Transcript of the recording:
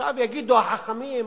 עכשיו יגידו החכמים והמתחכמים: